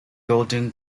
golden